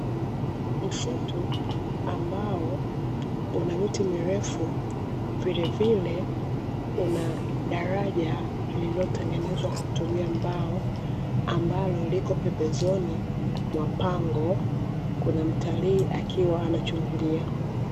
Msitu ambao una miti mirefu vilevile una daraja lililotengenezwa kwa kutumia mbao, ambalo liko pembezoni mwa pango. Kuna mtalii akiwa anachungulia.